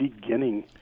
beginning